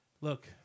Look